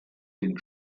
den